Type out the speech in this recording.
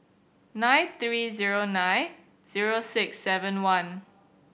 nine three zero nine zero six seven one